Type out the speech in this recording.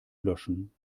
löschen